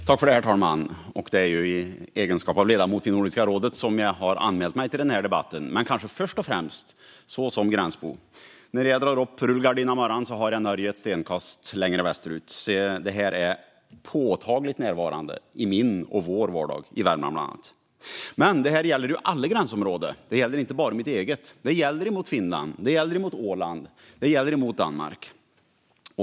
Herr talman! Jag har anmält mig till debatten i egenskap av ledamot i Nordiska rådet, men kanske först och främst som gränsbo. När jag drar upp rullgardinen på morgonen har jag Norge ett stenkast längre västerut. Det här är påtagligt närvarande i min och vår vardag ibland annat Värmland. Men det här gäller alla gränsområden, inte bara mitt eget. Det gäller mot Finland. Det gäller mot Åland. Det gäller mot Danmark.